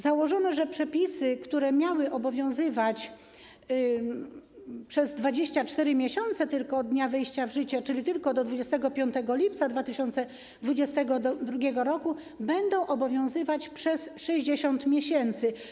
Założono, że przepisy, które miały obowiązywać przez 24 miesiące od dnia wejścia w życie, czyli tylko do 25 lipca 2022 r., będą obowiązywać przez 60 miesięcy.